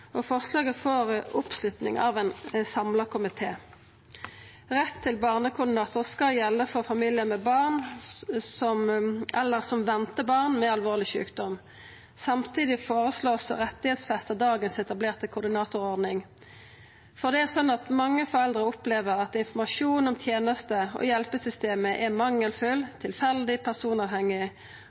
samla komité. Rett til barnekoordinator skal gjelda for familiar med barn, eller som ventar barn, med alvorleg sjukdom. Samtidig vert det føreslått å fastsetja retten til den etablerte koordinatorordninga vi har i dag. Mange foreldre opplever at informasjonen om tenestene og hjelpesystemet er mangelfull, tilfeldig og personavhengig,